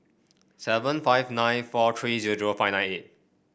seven five nine four three zero zero five nine eight